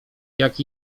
jak